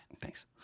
thanks